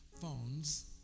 phones